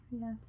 Yes